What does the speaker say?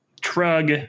trug